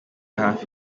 hafi